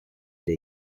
der